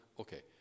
okay